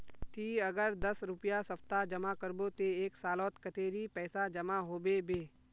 ती अगर दस रुपया सप्ताह जमा करबो ते एक सालोत कतेरी पैसा जमा होबे बे?